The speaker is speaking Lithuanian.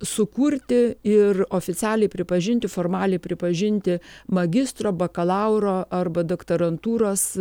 sukurti ir oficialiai pripažinti formaliai pripažinti magistro bakalauro arba doktorantūros